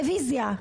רביזיה.